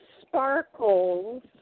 sparkles